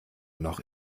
noch